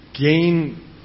gain